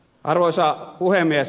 arvoisa puhemies